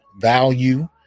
value